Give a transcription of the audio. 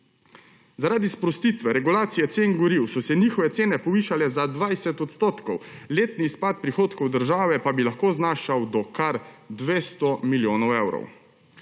Zaradi sprostitve regulacije cen goriv so se njihove cene povišale za 20 %, letni izpad prihodkov države pa bi lahko znašal do kar 200 milijonov evrov.